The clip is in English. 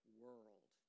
world